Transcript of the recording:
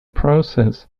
process